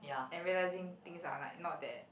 and realising things are like not that